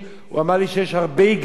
והוא אמר לי שיש הרבה היגיון,